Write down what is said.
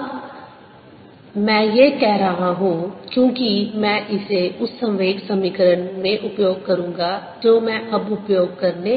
S10EB Su c मैं अब यह कह रहा हूं क्योंकि मैं इसे उस संवेग समीकरण में उपयोग करूंगा जो मैं अब उपयोग करने